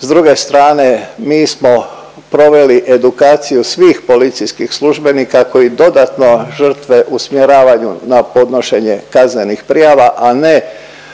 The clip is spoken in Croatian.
S druge strane mi smo proveli edukaciju svih policijskih službenika koji dodatno žrtve usmjeravaju na podnošenje kaznenih prijava, a ne